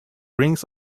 rings